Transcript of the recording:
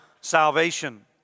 salvation